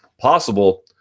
Possible